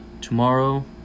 Tomorrow